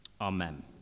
amen